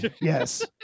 Yes